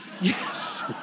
yes